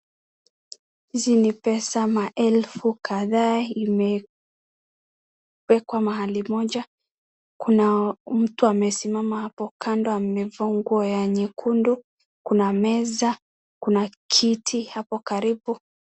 Hizi ni pesa maelfu kadhaa imewekwa mahali moja. Kuna mtu amesimama hapo kando amevaa nguo ya nyekundu, kuna meza, kuna kiti hapo karibu.